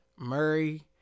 Murray